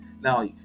Now